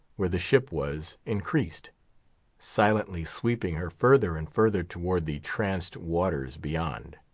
where the ship was, increased silently sweeping her further and further towards the tranced waters beyond.